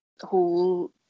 whole